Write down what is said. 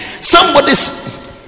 Somebody's